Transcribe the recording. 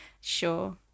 Sure